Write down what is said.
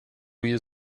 you